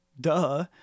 duh